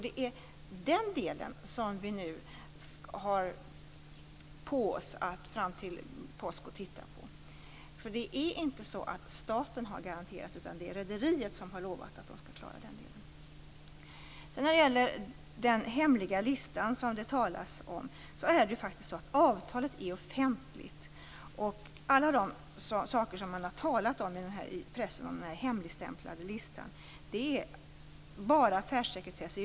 Det är den delen som vi nu har på oss fram till påsk att titta på. Det är inte så att staten har garanterat, utan det är rederiet som har lovat att det skall klara den delen. När det sedan gäller den hemliga lista som det har talats om är avtalet offentligt. Alla de saker som man har talat om i pressen om den hemligstämplade listan gäller bara affärssekretessen.